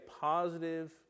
positive